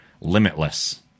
Limitless